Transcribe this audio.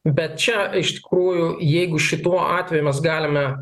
bet čia iš tikrųjų jeigu šituo atveju mes galime